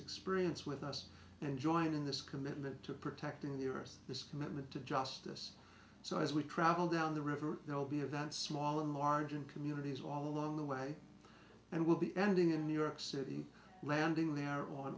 experience with us and join in this commitment to protecting the earth this commitment to justice so as we travel down the river there will be events small and large and communities all along the way and will be ending in new york city landing there on